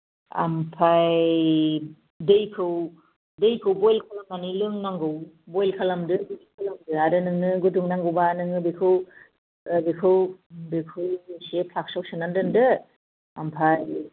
आमफाय दैखौ दैखौ ब'इल खालामनानै लोंनांगौ ब'इल खालामदो गुसु खालामदो आरो नोंङो गुदुं नांगौबा बेखौ बेखौ बेखौ एसे फ्लाक्साव सोनानै दोनदो आमफाय